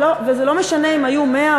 וזה לא משנה אם היו 100,